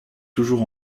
toujours